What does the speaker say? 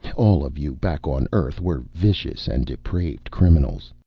all of you, back on earth, were vicious and depraved criminals.